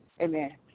Amen